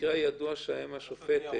המקרה הידוע שהיה עם השופטת,